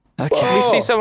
Okay